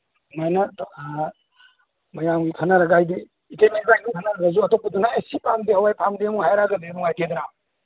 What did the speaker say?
ꯁꯨꯃꯥꯏꯅ ꯃꯌꯥꯝꯒꯤ ꯈꯟꯅꯔꯒ ꯍꯥꯏꯗꯤ ꯏꯇꯩꯃ ꯏꯕꯥꯟꯅꯤ ꯁꯨꯝ ꯈꯟꯅꯔ ꯂꯩꯔꯁꯨ ꯑꯇꯣꯞꯄꯗꯨꯅ ꯑꯦ ꯁꯤ ꯄꯥꯝꯗꯦ ꯍꯋꯥꯏ ꯄꯥꯝꯗꯦ ꯑꯃꯨꯛ ꯍꯥꯏꯔꯛꯑꯒꯗꯤ ꯅꯨꯡꯉꯥꯏꯇꯦꯗꯅ